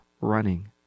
running